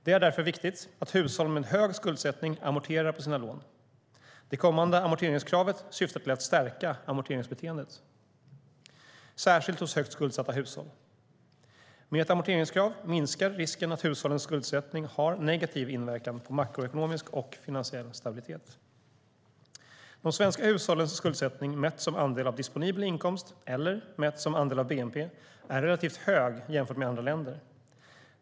Det är därför viktigt att hushåll med hög skuldsättning amorterar på sina lån. Det kommande amorteringskravet syftar till att stärka amorteringsbeteendet, särskilt hos högt skuldsatta hushåll. Med ett amorteringskrav minskar risken att hushållens skuldsättning har negativ inverkan på makroekonomisk och finansiell stabilitet. De svenska hushållens skuldsättning mätt som andel av disponibel inkomst eller mätt som andel av bnp är relativt hög jämfört med andra länder.